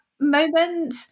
moment